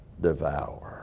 devour